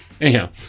Anyhow